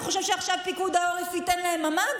אתה חושב שעכשיו פיקוד העורף ייתן להם ממ"ד,